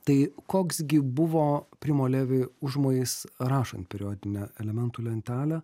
tai koks gi buvo primo levi užmojis rašant periodinę elementų lentelę